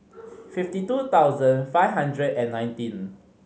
fifty two thousand five hundred and nineteen